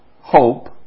hope